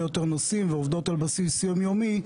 יותר נושאים ועובדות על בסיס יום יומי,